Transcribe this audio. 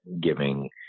giving